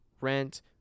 rent